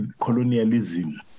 colonialism